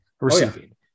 receiving